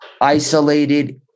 isolated